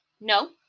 No